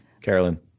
Carolyn